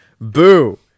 boo